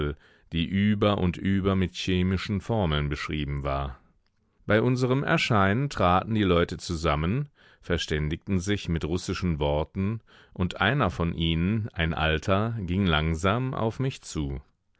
die über und über mit chemischen formeln beschrieben war bei unserem erscheinen traten die leute zusammen verständigten sich mit russischen worten und einer von ihnen ein alter ging langsam auf mich zu